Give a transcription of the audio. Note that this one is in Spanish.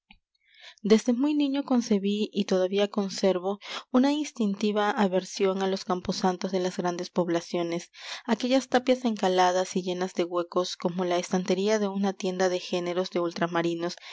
desde muy niño concebí y todavía conservo una instintiva aversión á los camposantos de las grandes poblaciones aquellas tapias encaladas y llenas de huecos como la estantería de una tienda de géneros de ultramarinos